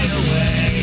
away